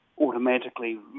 automatically